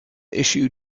issue